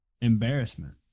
embarrassment